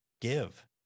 give